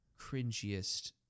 cringiest